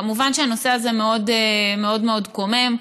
כמובן, הנושא הזה מאוד מאוד קומם.